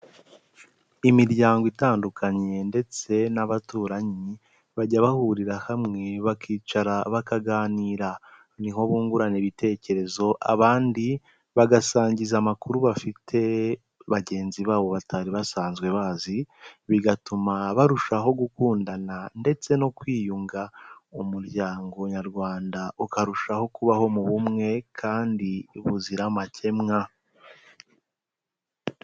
Imiryango itandukanye ndetse n'abaturanyi bajya bahurira hamwe bakicara bakaganira niho bungurana ibitekerezo abandi bagasangiza amakuru bafite bagenzi babo batari basanzwe bazi bigatuma barushaho gukundana ndetse no kwiyunga umuryango nyarwanda ukarushaho kubaho mu bumwe kandi buzira amakemwa.